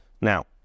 Now